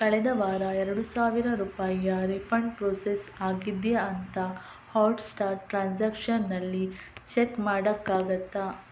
ಕಳೆದ ವಾರ ಎರಡು ಸಾವಿರ ರೂಪಾಯಿಯ ರೀಪಂಡ್ ಪ್ರೋಸೆಸ್ ಆಗಿದೆಯಾ ಅಂತ ಹಾಟ್ಸ್ಟಾರ್ ಟ್ರಾನ್ಸಾಕ್ಷನ್ಸಲ್ಲಿ ಚೆಕ್ ಮಾಡಕ್ಕಾಗುತ್ತಾ